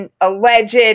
alleged